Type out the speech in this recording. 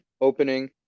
opening